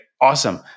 awesome